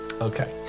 Okay